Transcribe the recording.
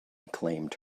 claimed